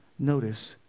Notice